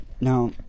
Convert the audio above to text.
now